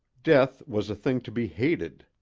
death was a thing to be hated.